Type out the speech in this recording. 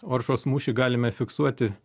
oršos mūšį galime fiksuoti